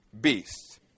beasts